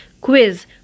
quiz